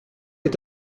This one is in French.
est